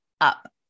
up